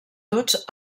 tots